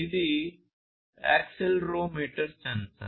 ఇది accelerometer censor